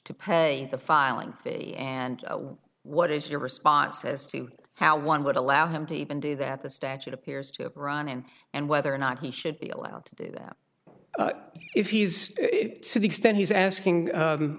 to pay the filing fee and what is your response as to how one would allow him to even do that the statute appears to run and whether or not he should be allowed to do that if he's